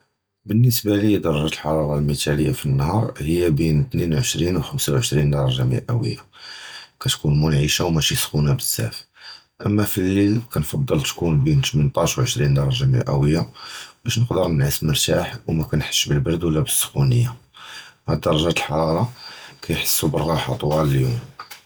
בִּנְסְבַּה לִי דַרַגַת הַחֹם הַמִּשְׁתַּלֵּמָה בְּיוֹם הִיא בֵּין עֶשְׂרִים וּשְׁנֵי לְעֶשְׂרִים וְחֲמֵשָׁה דִּגְרַת מֵאָה, קִתְכּוּן מְנַעֲשָׁה וְלָא חַם בְּזוֹב. אֵמָא לַיְלָה קַאנ כָּאן פַּרְתִּיךִי בֵּין שְׁמֹנַה עָשָׂר לְעֶשְׂרִים דִּגְרַת מֵאָה, בַּשּׁוּם נִתְחַנֵּן נִשְׁנַע וְנִרְתַּاح בִּלְלָא חֹם וּלְלָא קוֹר. הַדְּרָגוֹת הָאֵלֶּה מַעֲשִׂים שֶׁתִּחְשׁוּ בְּנֻחַ לאורך הַיּוֹם.